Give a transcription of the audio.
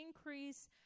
increase